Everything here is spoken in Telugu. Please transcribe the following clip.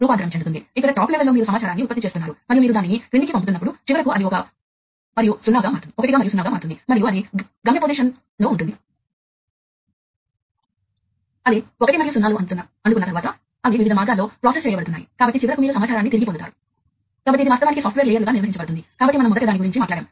భౌతిక కనెక్షన్ యొక్క ఈ సామర్థ్యానికి తిరిగి వస్తే మీకు ఇప్పటికే ఈ నోడ్లు ఉన్నాయని అనుకుందాం మరియు అవి ఒకదానితో ఒకటి సంభాషించుకోవాలి